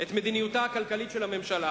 את מדיניותה הכלכלית של הממשלה,